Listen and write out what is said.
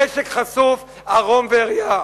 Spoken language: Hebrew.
משק חשוף ערום ועריה,